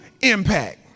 Impact